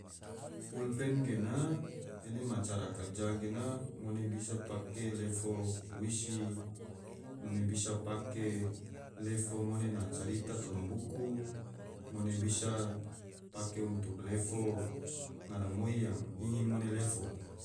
Pulpen gena ena ma cara karja gena ngone bisa pake lefo puisi ngone bisa pake lefo ngone na carita toma buku, ngone bisa pake untuk lefo garamoi yang ingin ngone lefo